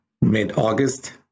mid-August